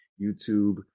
YouTube